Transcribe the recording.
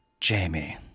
Jamie